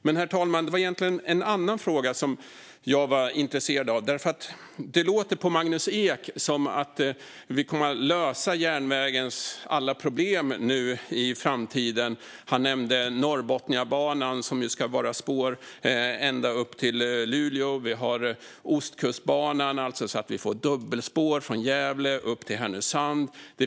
Herr talman! Det var egentligen en annan fråga som jag var intresserad av. Det låter ju på Magnus Ek som om vi kommer att lösa järnvägens alla problem i framtiden. Han nämnde Norrbotniabanan med spår ända till Luleå och Ostkustbanan med dubbelspår från Gävle till Härnösand.